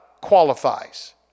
qualifies